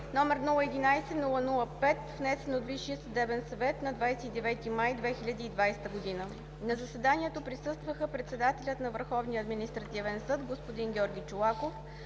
г., № 011-00-5, внесен от Висшия съдебен съвет на 29 май 2020 г. На заседанието присъстваха председателят на Върховния административен съд – господин Георги Чолаков,